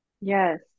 yes